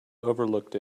overlooked